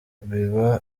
biba